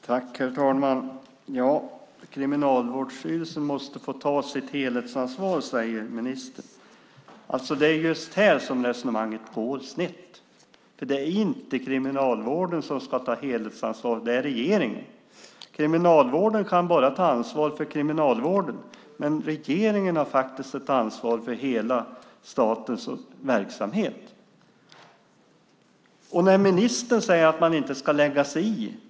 Herr talman! Kriminalvårdsstyrelsen måste få ta sitt helhetsansvar, säger ministern. Det är just här som resonemanget går snett, för det är inte Kriminalvården som ska ta helhetsansvaret. Det är regeringen. Kriminalvården kan bara ta ansvar för kriminalvården, men regeringen har faktiskt ett ansvar för hela statens verksamhet. Ministern säger att man inte ska lägga sig i.